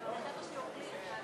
גברתי חברת הכנסת יעל